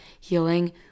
healing